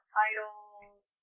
titles